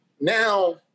now